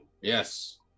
Yes